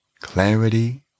Clarity